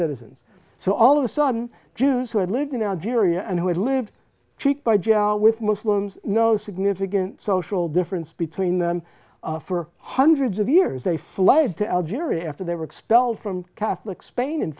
citizens so all of a sudden jews who had lived in algeria and who had lived cheek by jowl with muslims no significant social difference between them for hundreds of years they fled to algeria after they were expelled from catholic spain